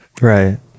Right